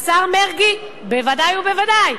השר מרגי, בוודאי ובוודאי,